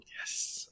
yes